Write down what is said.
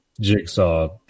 jigsaw